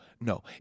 no